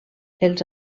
els